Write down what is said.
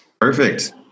Perfect